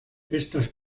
estas